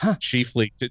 chiefly